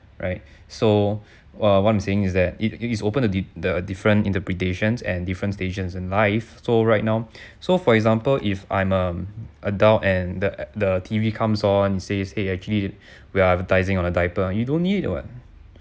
right so uh what I'm saying is that it it is open to the different interpretations and different stages in life so right now so for example if I'm a adult and the the T_V comes on and says !hey! actually we are advertising on a diaper you don't need it what